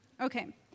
Okay